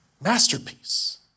Masterpiece